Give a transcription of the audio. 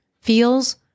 feels